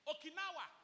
Okinawa